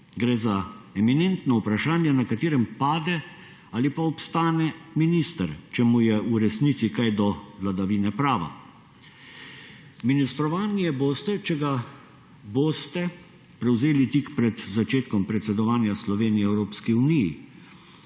gre za eminentno vprašanje, na katerem pade, ali pa obstane minister, če mu je v resnici kaj do vladavine prava. Ministrovanje boste, če ga boste, prevzeli tik pred začetkom predsedovanja Slovenije Evropski uniji.